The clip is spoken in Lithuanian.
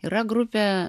yra grupė